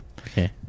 Okay